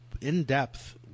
in-depth